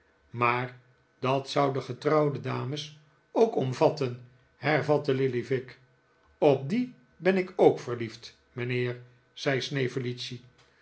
maar dat zou de getrouwde dames ook omvatten hervatte lillyvick op die ben ik ook verliefd mijnheer zei